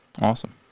Awesome